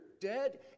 dead